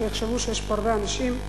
שיחשבו שיש פה הרבה אנשים,